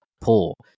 pull